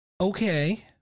okay